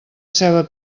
ceba